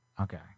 Okay